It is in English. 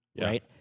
right